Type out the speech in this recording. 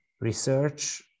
research